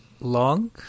long